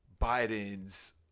Biden's